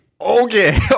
Okay